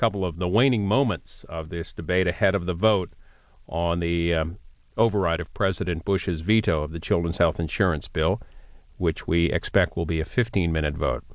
couple of the waning moments of this debate ahead of the vote on the override of president bush's veto of the children's health insurance bill which we expect will be a fifteen minute